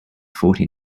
forty